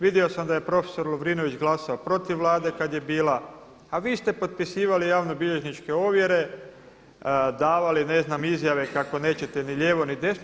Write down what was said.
Vidio sam da je prof. Lovrinović glasovao protiv Vlade kad je bila, a vi ste potpisivali javnobilježničke ovjere, davali ne znam izjave kako nećete ni lijevo, ni desno.